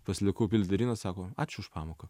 pasilikau pildyt dienyną sako ačiū už pamoką